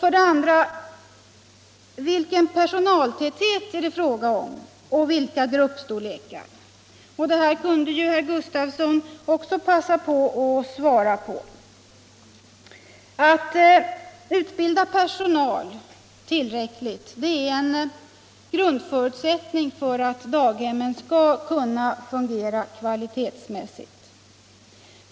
Allmänpolitisk debatt Allmänpolitisk debatt ta kunde socialminister Gustavsson också passa på att svara på. Att tillräckligt med personal utbildas är en grundförutsättning för att daghemmen skall fungera kvalitetsmässigt.